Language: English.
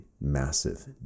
massive